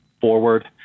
forward